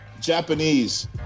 Japanese